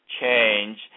change